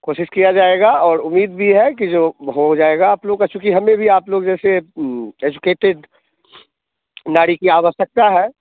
कोशिश किया जाएगा और उम्मीद भी है कि जो हो जाएगा आप लोग का चूँकि हमें भी आप लोग जैसे एजुकेटेड नारी की आवश्यकता है